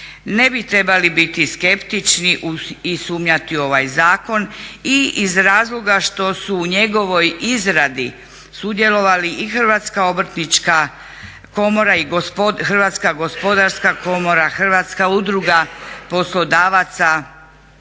Ne bi trebali biti skeptični i sumnjati u ovaj zakon i iz razloga što su u njegovoj izradi sudjelovali i Hrvatska obrtnička komora i Hrvatska gospodarska